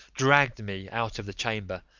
dragged me out of the chamber,